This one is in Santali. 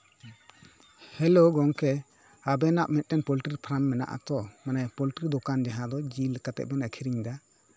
ᱦᱮᱞᱳ ᱜᱚᱝᱠᱮ ᱟᱵᱮᱱᱟᱜ ᱢᱤᱫᱴᱟᱝ ᱯᱳᱞᱴᱤᱨᱤ ᱯᱷᱟᱨᱢ ᱢᱮᱱᱟᱜ ᱟᱛᱚ ᱢᱟᱱᱮ ᱯᱳᱞᱴᱤᱨᱤ ᱫᱚᱠᱟᱱ ᱡᱟᱦᱟᱸ ᱫᱚ ᱡᱤᱞ ᱠᱟᱛᱮᱜ ᱵᱮᱱ ᱟᱹᱠᱷᱨᱤᱧ ᱮᱫᱟ